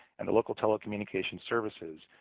and the local telecommunications services,